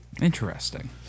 Interesting